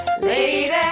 lady